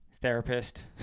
therapist